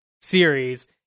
series